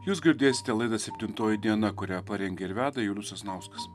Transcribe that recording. jūs girdėsite laidą septintoji diena kurią parengė ir veda julius sasnauskas